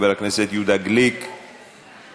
להמשך דיון בוועדת הפנים והגנת הסביבה.